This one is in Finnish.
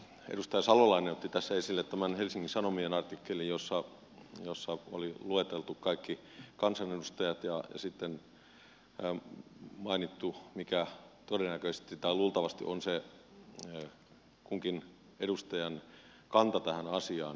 edustaja salolainen otti esille helsingin sanomien artikkelin jossa oli lueteltu kaikki kansanedustajat ja sitten mainittu mikä todennäköisesti tai luultavasti on se kunkin edustajan kanta tähän asiaan